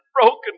broken